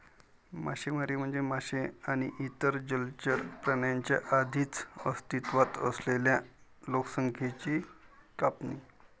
मासेमारी म्हणजे मासे आणि इतर जलचर प्राण्यांच्या आधीच अस्तित्वात असलेल्या लोकसंख्येची कापणी